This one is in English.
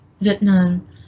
Vietnam